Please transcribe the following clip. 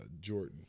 Jordan